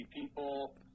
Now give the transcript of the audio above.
people